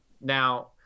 now